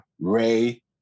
Ray